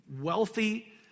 wealthy